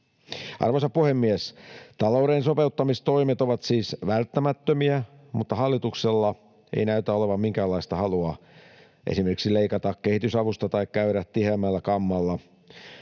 Arvoisa puhemies! Talouden sopeuttamistoimet ovat siis välttämättömiä, mutta hallituksella ei näytä olevan minkäänlaista halua esimerkiksi leikata kehitysavusta tai käydä tiheämmällä kammalla